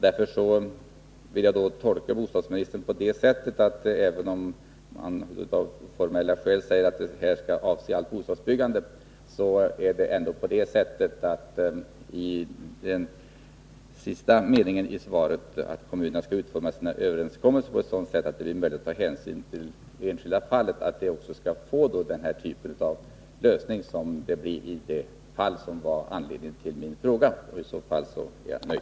Även om bostadsministern av formella skäl säger att detta skall avse allt bostadsbyggande, vill jag tolka vad som sägs i svaret om att kommunerna skall utforma sina överenskommelser på ett sådant sätt att det blir möjligt att ta hänsyn till det enskilda fallet på det sättet att vi skall få sådana lösningar som det blev i det fall som var anledning till min fråga. I så fall är jag nöjd.